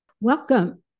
Welcome